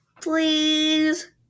please